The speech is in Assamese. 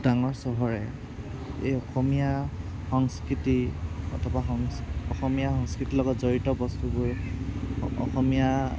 ডাঙৰ চহৰে এই অসমীয়া সংস্কৃতি অথবা সংস্ক অসমীয়া সংস্কৃতিৰ লগত জড়িত বস্তুবোৰ অসমীয়া